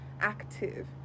active